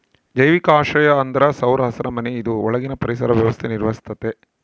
ಜೈವಿಕ ಆಶ್ರಯ ಅಂದ್ರ ಸೌರ ಹಸಿರುಮನೆ ಇದು ಒಳಗಿನ ಪರಿಸರ ವ್ಯವಸ್ಥೆ ನಿರ್ವಹಿಸ್ತತೆ